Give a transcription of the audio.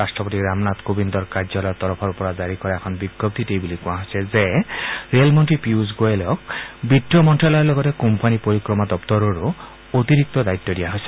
ৰাষ্ট্ৰপতি ৰামনাথ কোবিন্দৰ কাৰ্যালয়ৰ তৰফৰ পৰা জাৰি কৰা এখন বিজ্ঞপ্তিত এই বুলি কোৱা হৈছে যে ৰেলমন্ত্ৰী পীয়ুষ গোৱেলক বিত্ত মন্ত্ৰালয়ৰ লগতে কোম্পানী পৰিক্ৰমা দপুৰৰো অতিৰিক্ত দায়িত্ব দিয়া হৈছে